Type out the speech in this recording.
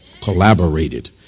collaborated